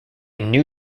new